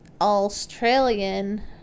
Australian